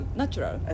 natural